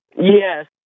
Yes